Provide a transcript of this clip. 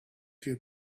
few